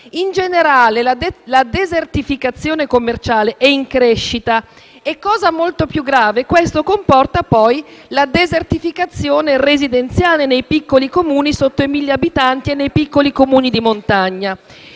In generale, la desertificazione commerciale è in crescita e - cosa molto più grave - ciò comporta poi la desertificazione residenziale nei piccoli Comuni con meno di 1.000 abitanti e in quelli di montagna.